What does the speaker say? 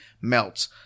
melts